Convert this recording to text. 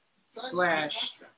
slash